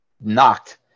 knocked